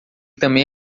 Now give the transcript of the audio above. também